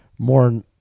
more